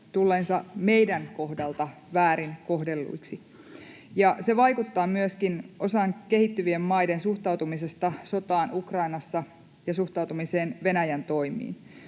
tulleensa meidän kohdaltamme väärin kohdelluiksi. Se vaikuttaa myöskin osan kehittyvistä maista suhtautumiseen sotaan Ukrainassa ja suhtautumiseen Venäjän toimiin.